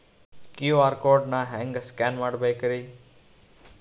QR code ನಾ ಹೆಂಗ scan ಮಾಡಬೇಕ್ರಿ?